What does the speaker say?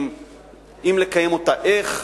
אם לקיים אותה, איך?